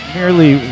merely